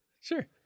Sure